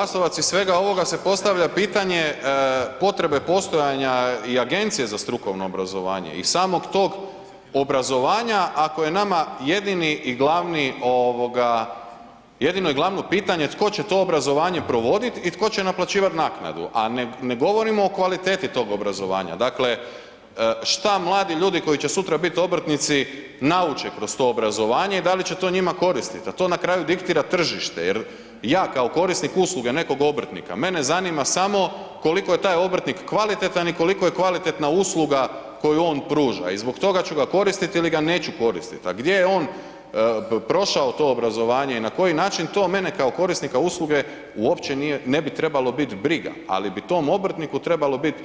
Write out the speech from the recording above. Kolegice Glasovac, iz svega ovoga se postavlja pitanje potrebe postojanja i Agencije za strukovno obrazovanje i samog tog obrazovanja ako je nama jedini i glavni, jedino i glavno pitanje tko će to obrazovanje provoditi i tko će naplaćivati naknadu, a ne govorimo o kvaliteti tog obrazovanja, dakle, što mladi ljudi koji će sutra biti obrtnici nauče kroz to obrazovanje i dali će to njima koristiti, a to na kraju diktira tržište jer ja kao korisnik usluge nekog obrtnika, mene zanima samo koliko je taj obrtnik kvalitetan i koliko je kvalitetna usluga koju on pruža i zbog toga ću ga koristiti ili ga neću koristiti, a gdje je on prošao to obrazovanje i na koji način, to mene kao korisnika usluge uopće nije, ne bi treba biti briga, ali bi tom obrtniku trebalo biti